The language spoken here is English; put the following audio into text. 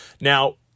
Now